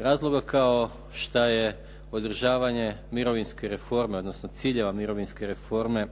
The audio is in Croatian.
razlog kao što je podržavanje mirovinske reforme, odnosno ciljeva mirovinske reforme